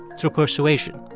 through persuasion.